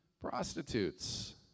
prostitutes